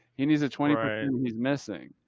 he needs a twenty he's missing,